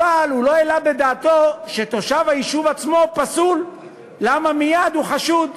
אבל הוא לא העלה בדעתו שתושב היישוב עצמו פסול כי מייד הוא חשוד.